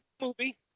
movie